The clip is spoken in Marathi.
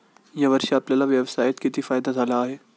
या वर्षी आपल्याला व्यवसायात किती फायदा झाला आहे?